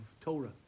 Torah